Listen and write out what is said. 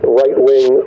right-wing